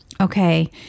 okay